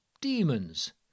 demons